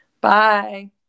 Bye